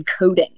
encoding